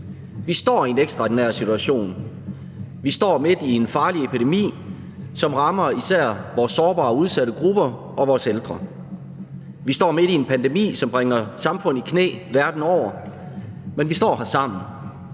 Vi står i en ekstraordinær situation. Vi står midt i en farlig epidemi, som især rammer vores sårbare og udsatte grupper og vores ældre. Vi står midt i en pandemi, som bringer samfund i knæ verden over, men vi står her sammen.